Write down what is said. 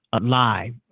live